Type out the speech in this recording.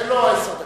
בבקשה.